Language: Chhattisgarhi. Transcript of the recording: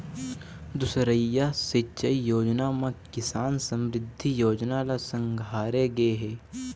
दुसरइया सिंचई योजना म किसान समरिद्धि योजना ल संघारे गे हे